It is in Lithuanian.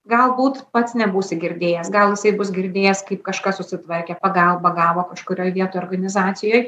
galbūt pats nebūsi girdėjęs gal jisai bus girdėjęs kaip kažkas susitvarkė pagalbą gavo kažkurioj vietoj organizacijoj